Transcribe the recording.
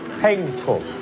painful